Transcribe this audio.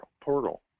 portal